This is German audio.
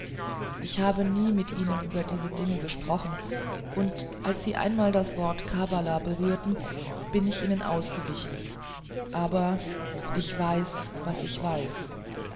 ich habe nie mit ihnen über diese dinge gesprochen und als sie einmal das wort kabbala berührten bin ich ihnen ausgewichen aber ich weiß was ich weiß